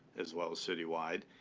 as well as citywide,